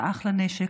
את האח לנשק,